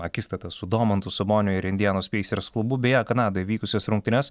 akistatą su domantu saboniu ir indianos peisers klubu beje kanadoj vykusias rungtynes